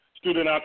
student